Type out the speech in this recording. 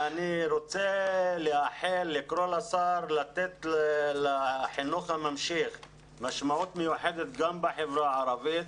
אני רוצה לקרוא לשר לתת לחינוך הממשיך משמעות מיוחדת גם בחברה הערבית,